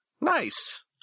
Nice